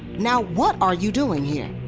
now what are you doing here?